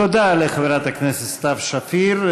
תודה לחברת הכנסת סתיו שפיר.